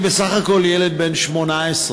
אני בסך הכול ילד בן 18,